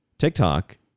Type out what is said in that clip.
TikTok